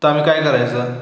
तर आम्ही काय करायचं